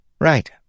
Right